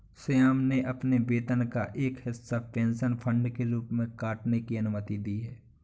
श्याम ने अपने वेतन का एक हिस्सा पेंशन फंड के रूप में काटने की अनुमति दी है